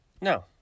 No